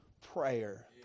prayer